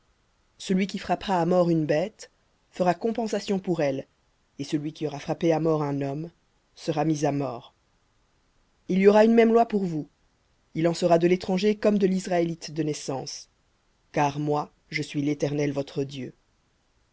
celui qui frappera une bête fera compensation pour elle et celui qui aura frappé un homme sera mis à mort il y aura une même loi pour vous il en sera de l'étranger comme de l'israélite de naissance car moi je suis l'éternel votre dieu